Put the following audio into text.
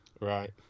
Right